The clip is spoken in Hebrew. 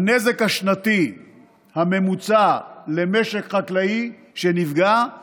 שהנזק השנתי הממוצע למשק חקלאי שנפגע הוא